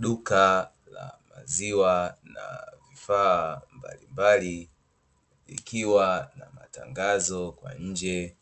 Duka la maziwa na vifaa mbalimbali likiwa na matangazo kwa nje,